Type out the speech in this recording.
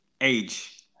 Age